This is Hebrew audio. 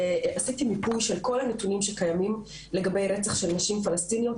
עשיתי מיפוי של כל הנתונים שקיימים לגבי רצח של נשים פלשתינאיות